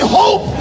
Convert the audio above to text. hope